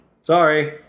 Sorry